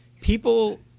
people